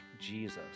Jesus